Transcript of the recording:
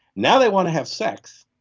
now they want to have sex.